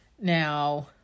Now